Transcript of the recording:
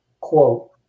quote